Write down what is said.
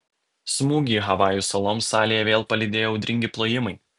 smūgį havajų saloms salėje vėl palydėjo audringi plojimai